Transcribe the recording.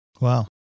Wow